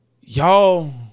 Y'all